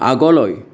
আগলৈ